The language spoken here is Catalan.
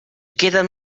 queden